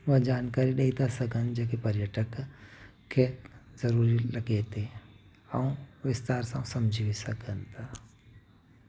उहा जानकारी ॾेई था सघनि जेके पर्यटक खे ज़रूरी लॻे थी ऐं विस्तार सां समुझी सघनि था